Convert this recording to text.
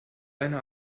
eine